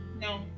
No